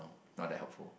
no not that helpful